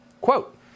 quote